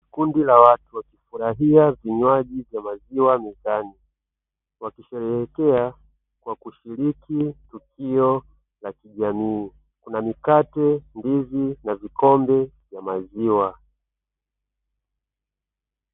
Kundi la watu wakifurahia vinywaji vya maziwa mtaani, walisherehekea kwa kushiriki tukio la kijamii, kuna mikate, ndizi na vikombe vya maziwa.